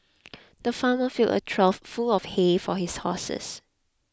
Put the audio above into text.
the farmer filled a trough full of hay for his horses